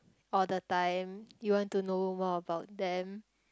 all the time you want to know more about them